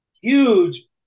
huge